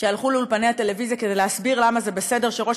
שהלכו לאולפני הטלוויזיה כדי להסביר למה זה בסדר שראש